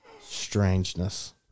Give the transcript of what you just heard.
strangeness